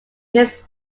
his